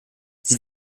sie